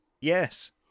Yes